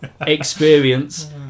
experience